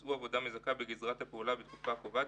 שבצעו עבודה מזכה בגזרת הפעולה מערכה בתקופה הקובעת,